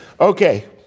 Okay